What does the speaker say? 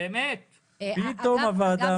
פתאום הוועדה המייעצת.